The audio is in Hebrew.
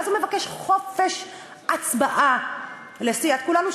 ואז הוא מבקש חופש הצבעה לסיעת כולנו,